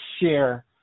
share